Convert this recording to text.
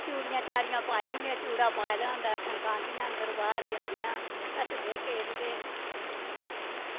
चूड़ियां चाड़ियां पाई दियां होंदियां चूड़ा पाए दा होंदा ठंकांदियां अंदर बाह्र जंदियां हस्सदे खेढदे